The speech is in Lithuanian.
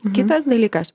kitas dalykas